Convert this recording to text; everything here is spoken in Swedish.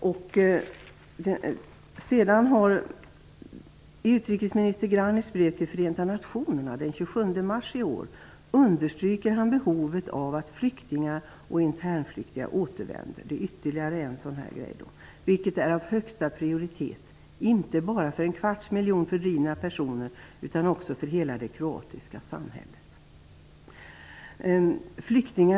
Utrikesminister Granic understryker i ett brev till Förenta nationerna den 27 mars i år behovet av att flyktingar och internflyktingar återvänder, vilket är av högsta prioritet inte bara för en kvarts miljon fördrivna personer utan också för hela det kroatiska samhället. Det är ytterligare en sådan här sak.